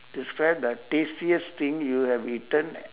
describe the tastiest thing you have eaten